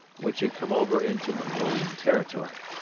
which had come over into mongolian territory.